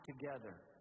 together